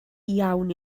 iawn